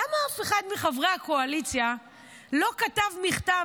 למה אף אחד מחברי הקואליציה לא כתב מכתב